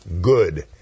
good